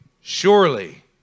Surely